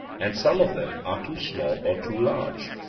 and some of them are too small or too large?